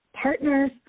partners